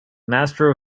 master